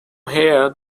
here